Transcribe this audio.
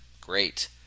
Great